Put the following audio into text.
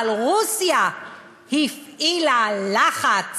אבל רוסיה הפעילה לחץ